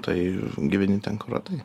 tai gyveni ten kur radai